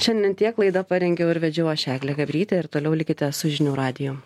šiandien tiek laidą parengiau ir vedžiau aš eglė gabrytė ir toliau likite su žinių radiju